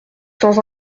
sans